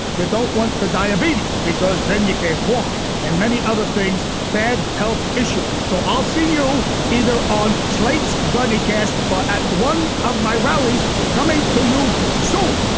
yeah don't want the diabetes because then you can't walk. and many other things, bad health issues. so i'll see you either on slate's bunny cast or at one of my rallies. coming to you soon.